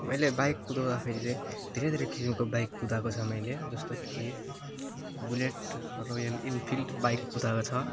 मैले बाइक कुदाउँदाखेरि चाहिँ धेरै धेरै किसिमको बाइक कुदाएको छ मैले जस्तो कि बुलेट रोयल इनफिल्ड बाइक कुदाएको छ